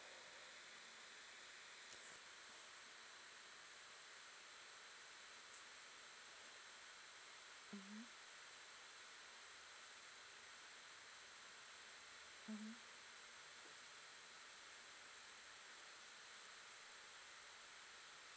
mmhmm mmhmm